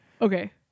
Okay